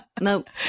nope